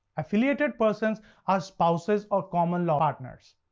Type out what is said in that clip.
affiliated persons are spouses or common-law partners.